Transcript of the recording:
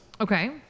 Okay